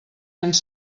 ens